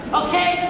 okay